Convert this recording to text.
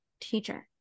teacher